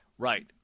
Right